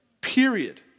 period